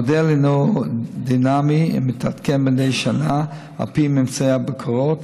המודל הינו דינמי ומתעדכן מדי שנה על פי ממצאי הבקרות,